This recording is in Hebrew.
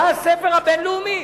זה הספר הבין-לאומי.